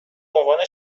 عنوان